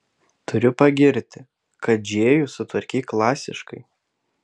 turiu pagirti kad džėjų sutvarkei klasiškai